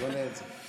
קונה את זה.